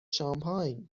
شامپاین